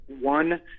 One